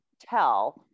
tell